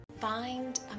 Find